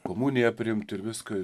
komuniją priimt ir viską